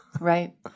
Right